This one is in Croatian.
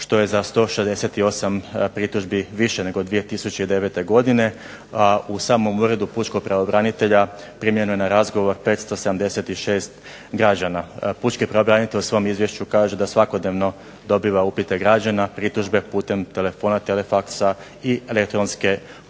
što je za 168 pritužbi više nego 2009. godine, a u samom uredu pučkog pravobranitelja primljeno je na razgovor 576 građana. Pučki pravobranitelj u svom izvješću kaže da svakodnevno dobiva upite građana, pritužbe putem telefona, telefaksa, i elektronske pošte.